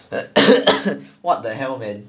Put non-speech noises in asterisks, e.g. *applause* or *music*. *coughs* what the hell man